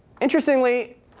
Interestingly